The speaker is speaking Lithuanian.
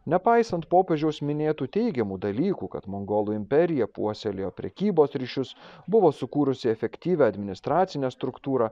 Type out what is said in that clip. nepaisant popiežiaus minėtų teigiamų dalykų kad mongolų imperija puoselėjo prekybos ryšius buvo sukūrusi efektyvią administracinę struktūrą